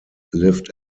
lived